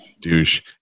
douche